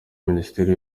minisiteri